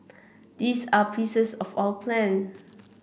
these are pieces of our plan